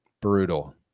brutal